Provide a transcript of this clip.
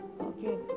okay